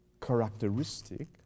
characteristic